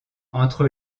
entre